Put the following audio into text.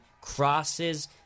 crosses